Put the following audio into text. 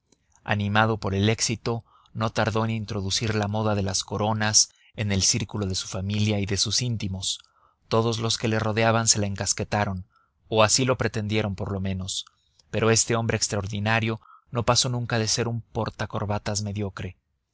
animado por el éxito no tardó en introducir la moda de las coronas en el círculo de su familia y de sus íntimos todos los que le rodeaban se la encasquetaron o así lo pretendieron por lo menos pero este hombre extraordinario no pasó nunca de ser un porta corbatas mediocre